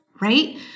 right